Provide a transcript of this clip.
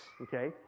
okay